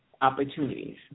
opportunities